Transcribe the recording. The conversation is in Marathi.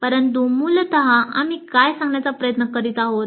परंतु मूलत आम्ही काय सांगण्याचा प्रयत्न करीत आहोत